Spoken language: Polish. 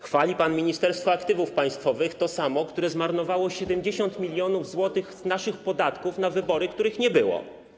Chwali pan Ministerstwo Aktywów Państwowych, to samo, które zmarnowało 70 mln zł z naszych podatków na wybory, których nie było.